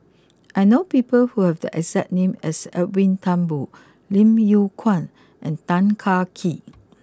I know people who have the exact name as Edwin Thumboo Lim Yew Kuan and Tan Kah Kee